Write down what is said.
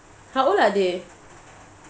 how old are they